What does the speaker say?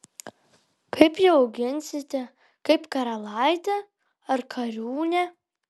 kaip ją auginsite kaip karalaitę ar kariūnę